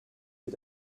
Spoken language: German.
wie